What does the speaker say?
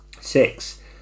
Six